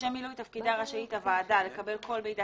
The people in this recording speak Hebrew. לשם מילוי תפקידה רשאית הוועדה לקבל כל מידע